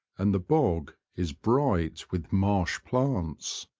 and the bog is bright with marsh plants.